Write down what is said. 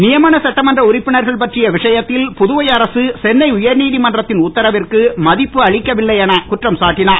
நியமன சட்டமன்ற உறுப்பினர்கள் பற்றிய விஷயத்தில் புதுவை அரசு சென்னை உயர்நீதிமன்றத்தின் உத்தரவிற்கு மதிப்பளிக்கவில்லை என குற்றம் சாட்டினார்